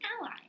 ally